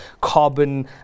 carbon